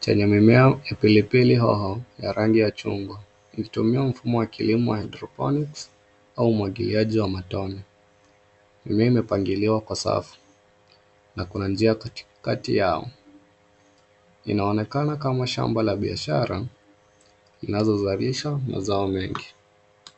chenye mimea ya pilipili hoho ya rangi ya chungwa. Imetumia mfumo wa kilimo wa hydroponics au umwagiliaji wa matone. Mimea imepangiliwa kwa safu na kuna njia katikati yao. Inaonekana kama shamba la biashara linalozalisha mazao mengi.